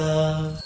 Love